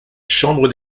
chambre